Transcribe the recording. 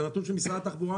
זה נתון של משרד התחבורה,